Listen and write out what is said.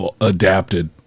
adapted